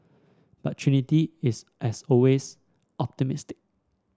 but Trinity is as always optimistic